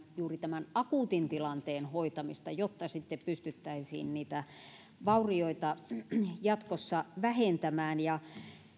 juuri tämän akuutin tilanteen hoitamista jotta sitten pystyttäisiin niitä vaurioita jatkossa vähentämään ja